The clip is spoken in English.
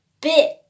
bit